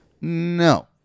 No